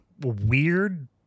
weird